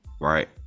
right